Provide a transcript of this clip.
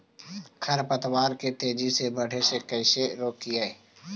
खर पतवार के तेजी से बढ़े से कैसे रोकिअइ?